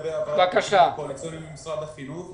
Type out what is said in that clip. לגבי הכספים הקואליציוניים ממשרד החינוך?